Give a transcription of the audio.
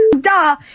duh